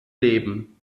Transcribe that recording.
leben